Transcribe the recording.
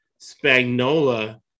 Spagnola